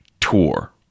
tour